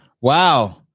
Wow